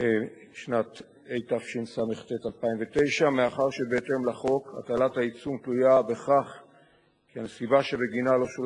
נמצא כי שלשום התקיים דיון בפני כבוד השופט